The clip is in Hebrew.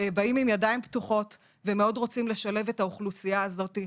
באים עם ידיים פתוחות ומאוד רוצים לשלב את האוכלוסייה הזאת.